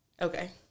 Okay